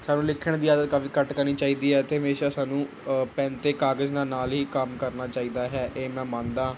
ਸਾਨੂੰ ਲਿਖਣ ਦੀ ਆਦਤ ਕਾਫੀ ਘੱਟ ਕਰਨੀ ਚਾਹੀਦੀ ਹੈ ਅਤੇ ਹਮੇਸ਼ਾਂ ਸਾਨੂੰ ਪੈੱਨ ਅਤੇ ਕਾਗਜ਼ ਨਾ ਨਾਲ ਹੀ ਕੰਮ ਕਰਨਾ ਚਾਹੀਦਾ ਹੈ ਇਹ ਮੈਂ ਮੰਨਦਾ